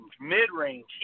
mid-range